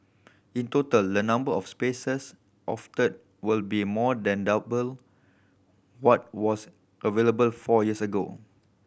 in total the number of spaces offered will be more than double what was available four years ago